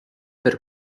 per